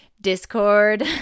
discord